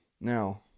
Now